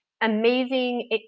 amazing